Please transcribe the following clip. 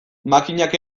makinak